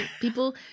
people